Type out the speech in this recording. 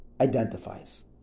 identifies